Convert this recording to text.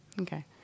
Okay